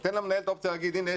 תן למנהל את האופציה להגיד שהנה,